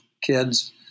kids